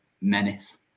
menace